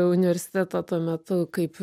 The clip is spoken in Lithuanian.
universiteto tuo metu kaip